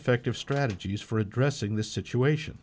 effective strategies for addressing this situation